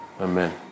Amen